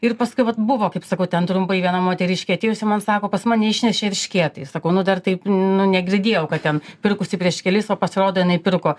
ir paskui vat buvo kaip sakau ten trumpai viena moteriškė atėjusi man sako pas mane išneršė eršketai sakau nu dar taip nu negirdėjau kad ten pirkusi prieš kelis o pasirodo jinai pirko